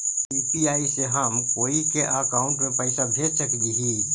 UPI से हम कोई के अकाउंट में पैसा भेज सकली ही?